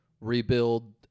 rebuild